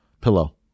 pillow